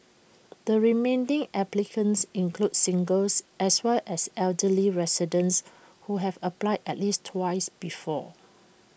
the remaining applicants include singles as well as elderly residents who have applied at least twice before